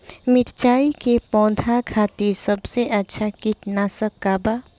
मिरचाई के पौधा खातिर सबसे अच्छा कीटनाशक का बा?